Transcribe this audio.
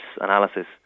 analysis